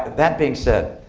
that being said,